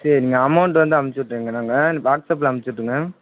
சரிங்க அமௌண்ட் வந்து அமுச்சி விட்டுருங்க வாட்ஸ் ஆப்பில அமுச்சிவிட்ருங்க